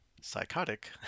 psychotic